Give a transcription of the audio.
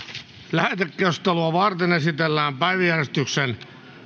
lähetekeskustelua varten esitellään päiväjärjestyksen